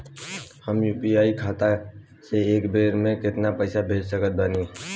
हम यू.पी.आई खाता से एक बेर म केतना पइसा भेज सकऽ तानि?